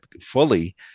fully